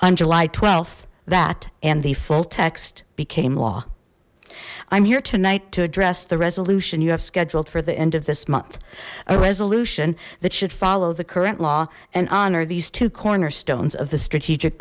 on july th that and the full text became law i'm here tonight to address the resolution you have scheduled for the end of this month a resolution that should follow the current law and honor these two cornerstones of the strategic